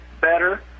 better